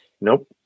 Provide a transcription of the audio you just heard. Nope